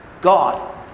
God